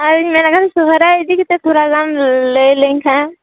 ᱟᱨ ᱢᱮᱱᱟᱠᱟᱱ ᱥᱚᱦᱨᱟᱭ ᱤᱫᱤᱠᱟᱛᱮ ᱛᱷᱚᱲᱟᱜᱟᱱᱮᱢ ᱞᱟᱹᱭ ᱞᱮᱱᱠᱷᱟᱱ